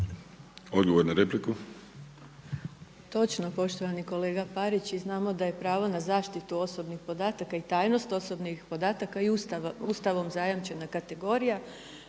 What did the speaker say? Odgovor na repliku.